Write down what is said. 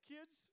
Kids